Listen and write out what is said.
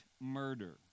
murder